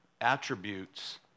attributes